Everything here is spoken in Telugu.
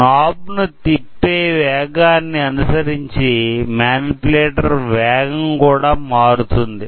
నాబ్ ను త్రిప్పే వేగాన్ని అనుసరించి మానిప్యులేటర్ వేగం కూడా మారుతుంది